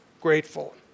grateful